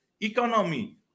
economy